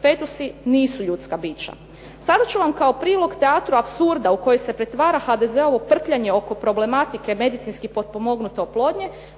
fetusi nisu ljudska bića? Sada ću vam kao prilog teatro apsurda u koje se pretvara HDZ-ovo prtljanje oko problematike medicinski potpomognute oplodnje